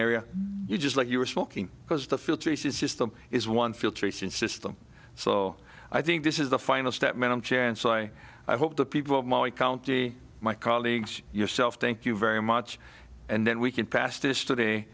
area you just like you were smoking because the filtration system is one filtration system so i think this is the final step madam chair and so i hope the people of my county my colleagues yourself thank you very much and then we can pass this today